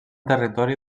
territori